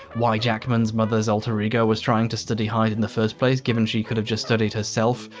why jackman's mother's alter ego was trying to study hyde in the first place, given she could have just studied herself.